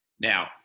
Now